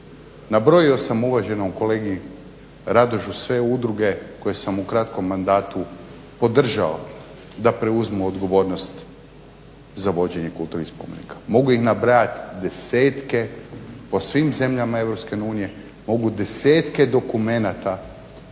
Nabrojio sam uvaženom kolegi Radošu sve udruge koje sam u kratkom mandatu podržao da preuzmu odgovornost za vođenje kulturnih spomenika. Mogu ih nabrajati desetke po svim zemljama Europske unije, mogu desetke dokumenata